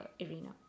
arena